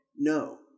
No